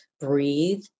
breathe